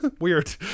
Weird